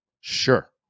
sure